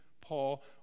Paul